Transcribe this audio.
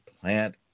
Plant